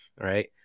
right